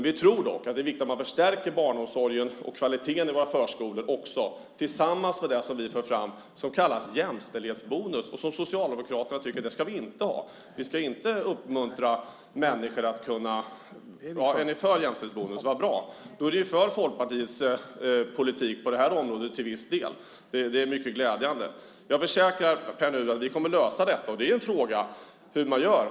Vi tror dock att det är viktigt att förstärka barnomsorgen och kvaliteten i våra förskolor tillsammans med det vi för fram som kallas jämställdhetsbonus och som Socialdemokraterna inte tycker att vi ska ha. : Vi är för.) Är ni för jämställdhetsbonus? Vad bra. Då är ni till viss del för Folkpartiets politik på området. Det är glädjande. Jag försäkrar Pär Nuder att vi kommer att lösa detta. Det är en fråga hur man gör.